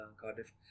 Cardiff